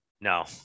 No